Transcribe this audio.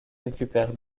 récupère